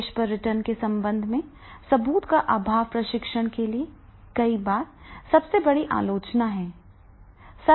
निवेश पर रिटर्न के संबंध में सबूत का अभाव प्रशिक्षण के लिए कई बार सबसे बड़ी आलोचना है